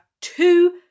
two